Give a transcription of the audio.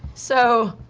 so